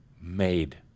made